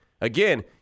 again